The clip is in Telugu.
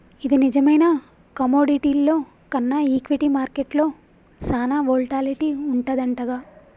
ఇది నిజమేనా కమోడిటీల్లో కన్నా ఈక్విటీ మార్కెట్లో సాన వోల్టాలిటీ వుంటదంటగా